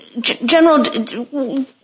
General